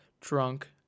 drunk